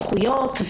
הזכויות,